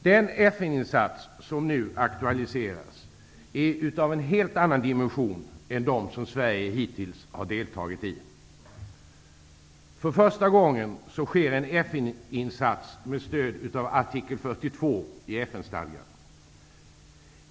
Den FN-insats som nu aktualiseras är av en helt annan dimension än de som Sverige hittills har deltagit i. För första gången sker en FN-insats med stöd av artikel 42 i FN-stadgan.